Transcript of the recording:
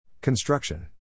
Construction